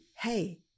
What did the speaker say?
hey